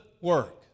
work